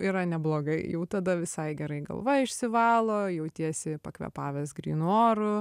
yra neblogai jau tada visai gerai galva išsivalo jautiesi pakvėpavęs grynu oru